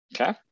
okay